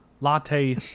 latte